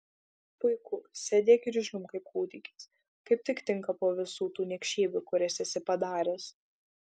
puiku sėdėk ir žliumbk kaip kūdikis kaip tik tinka po visų tų niekšybių kurias esi padaręs